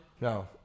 No